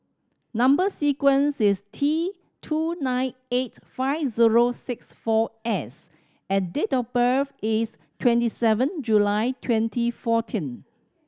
number sequence is T two nine eight five zero six four S and date of birth is twenty seven July twenty fourteen